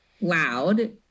loud